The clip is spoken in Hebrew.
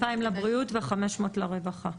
2,000 לבריאות ו-500 לרווחה.